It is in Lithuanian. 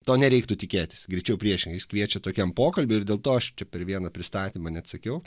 to nereiktų tikėtis greičiau priešingai jis kviečia tokiam pokalbiui ir dėl to aš čia per vieną pristatymą net sakiau